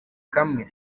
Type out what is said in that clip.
kamwe